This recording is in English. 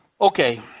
okay